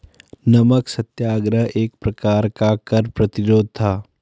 नमक सत्याग्रह एक प्रकार का कर प्रतिरोध था